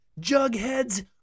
Jughead's